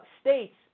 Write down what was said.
states